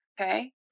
Okay